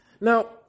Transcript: Now